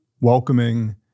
welcoming